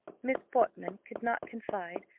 miss portman could not confide,